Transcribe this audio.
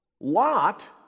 Lot